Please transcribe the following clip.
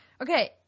Okay